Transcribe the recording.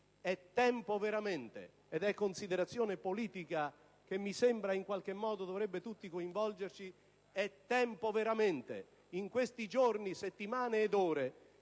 tempo - ed è considerazione politica che mi sembra in qualche modo dovrebbe tutti coinvolgerci, in questi giorni, settimane ed ore